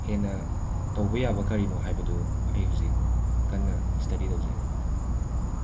ꯍꯦꯟꯅ ꯇꯧꯕ ꯌꯥꯥꯕ ꯀꯔꯤꯅꯣ ꯍꯥꯏꯕꯗꯨ ꯑꯩ ꯍꯨꯖꯤꯛ ꯀꯟꯅ ꯁ꯭ꯇꯗꯤ ꯇꯧꯖꯔꯤ